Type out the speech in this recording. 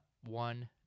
one